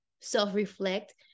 self-reflect